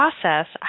process